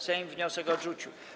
Sejm wniosek odrzucił.